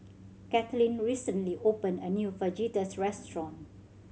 Kaitlin recently opened a new Fajitas restaurant